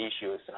issues